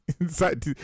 inside